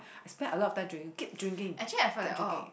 I spend a lot of time drinking keep drinking keep drinking